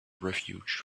refuge